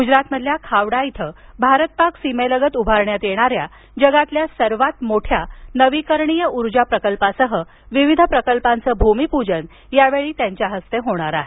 गुजरातमधील खावडा इथं भारत पाक सीमेलगत उभारण्यात येणाऱ्या जगातील सर्वात मोठ्या नवीकरणीय ऊर्जा प्रकल्पासह विविध प्रकल्पांचं भूमिपूजन यावेळी त्यांच्या हस्ते होणार आहे